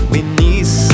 Beneath